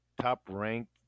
top-ranked